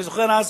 אני זוכר אז,